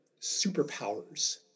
superpowers